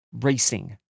racing